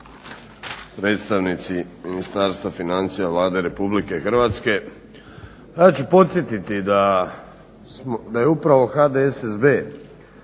Hvala.